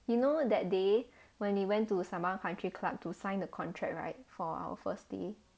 you know that day when he went to sembawang country club to sign the contract right for our first day